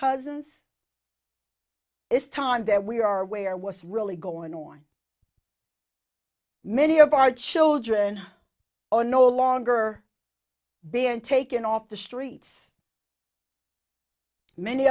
cousins is time that we are aware was really going on many of our children are no longer being taken off the streets many